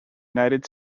united